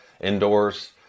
indoors